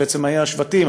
אלה בעצם היו השבטים,